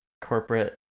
corporate